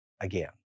again